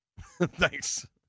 Thanks